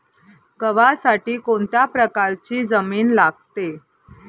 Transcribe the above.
गव्हासाठी कोणत्या प्रकारची जमीन लागते?